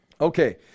okay